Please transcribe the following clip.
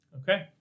okay